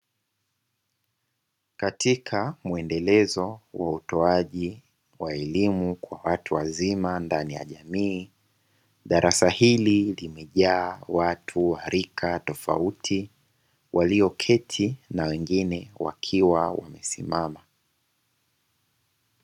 Katika muendelezo wa utoaji wa elimu kwa watu wazima ndani ya jamii, darasa hili limejaa watu wa rika tofauti walio keti na wengine wakiwa wamesimama.